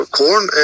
corn